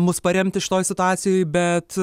mus paremti šitoj situacijoj bet